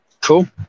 Cool